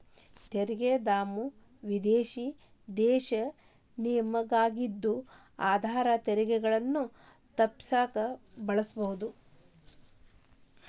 ತೆರಿಗೆ ಧಾಮವು ವಿದೇಶಿ ದೇಶ ನಿಗಮವಾಗಿದ್ದು ಆದಾಯ ತೆರಿಗೆಗಳನ್ನ ತಪ್ಪಿಸಕ ಬಳಸಲಾಗತ್ತ